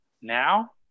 Now